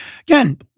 again